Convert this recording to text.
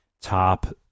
top